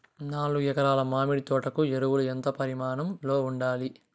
నాలుగు ఎకరా ల మామిడి తోట కు ఎరువులు ఎంత పరిమాణం లో ఉండాలి?